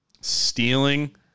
Stealing